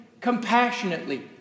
compassionately